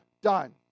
done